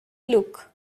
look